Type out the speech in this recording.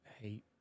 hate